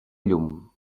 llum